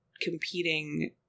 competing